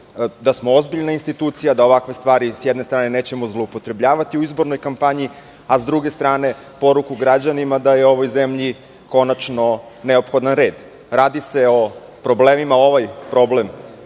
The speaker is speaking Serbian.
da smo ozbiljna institucija, da ovakve stvari sa jedne strane nećemo zloupotrebljavati u izbornoj kampanji, a sa druge strane poruku građanima da je ovoj zemlji konačno neophodan red. Problem zbog koga